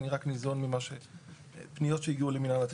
אני רק ניזון מפניות שהגיעו למינהל התכנון.